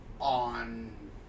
on